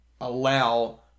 allow